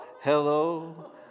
Hello